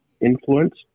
influence